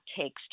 takes